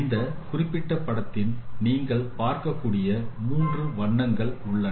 இந்த குறிப்பிட்ட படத்தில் நீங்கள் பார்க்கக்கூடிய மூன்று வண்ணங்கள் உள்ளன